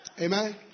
Amen